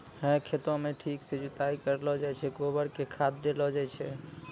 है खेतों म ठीक सॅ जुताई करलो जाय छै, गोबर कॅ खाद देलो जाय छै